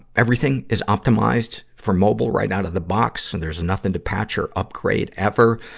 everything is optimized for mobile right out of the box, and there's nothing to patch or upgrade ever.